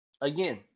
Again